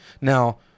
now